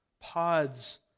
Pods